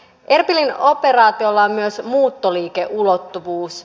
erbilin operaatiolla on myös muuttoliikeulottuvuus